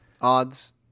odds